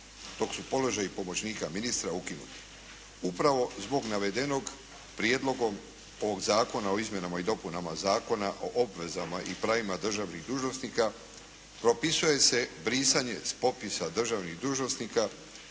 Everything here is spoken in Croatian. dok su položaji pomoćnika ministra ukinuti. Upravo zbog navedenog prijedlogom ovog Zakona o izmjenama i dopunama Zakona o obvezama i pravima državnih dužnosnika, propisuje se brisanje s popisa državnih dužnosnika